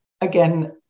again